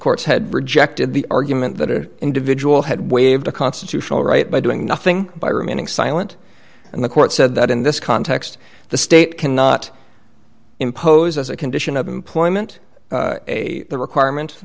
courts had rejected the argument that individual had waived a constitutional right by doing nothing by remaining silent and the court said that in this context the state cannot imposed as a condition of employment a requirement